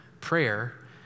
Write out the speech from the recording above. prayer